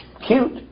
Cute